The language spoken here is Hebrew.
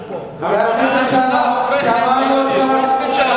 שמענו אותך.